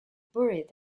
buried